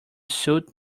suit